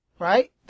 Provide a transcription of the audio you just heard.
Right